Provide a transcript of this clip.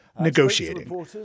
negotiating